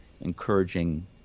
encouraging